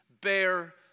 bear